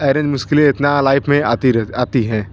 arrange मुश्किलें इतना life में आती रह आती है